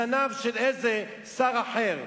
זנב של שר אחר,